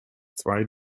zwei